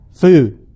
food